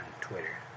Twitter